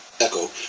echo